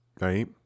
Right